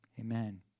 Amen